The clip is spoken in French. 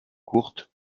courte